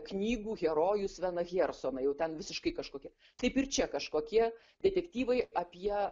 knygų herojus vieną hiersoną jau ten visiškai kažkokia kaip ir čia kažkokie detektyvai apie